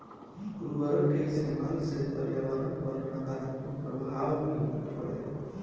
उर्वरक के इस्तमाल से पर्यावरण पर नकारात्मक प्रभाव भी पड़ेला